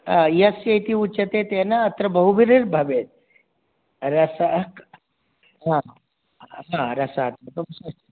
यस्य इति उच्यते तेन अत्र बहुब्रीहिर्भवेत् रस हा रसात्मकं